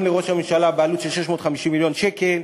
לראש הממשלה בעלות של 650 מיליון שקל,